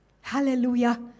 Hallelujah